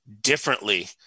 differently